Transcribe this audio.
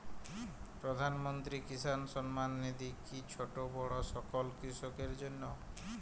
প্রধানমন্ত্রী কিষান সম্মান নিধি কি ছোটো বড়ো সকল কৃষকের জন্য?